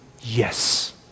yes